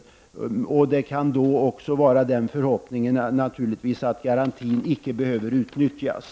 Naturligtvis kan man också ha förhoppningen att garantin icke behöver utnyttjas.